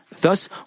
Thus